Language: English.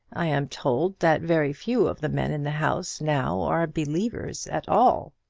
i am told that very few of the men in the house now are believers at all.